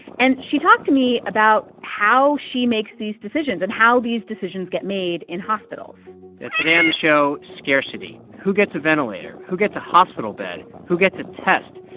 and she talked to me about how she makes these decisions and how these decisions get made in hospitals today on the show, scarcity who gets a ventilator, who gets a hospital bed, who gets a test,